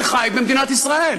שחי במדינת ישראל.